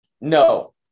No